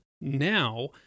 now